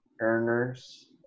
earners